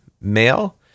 male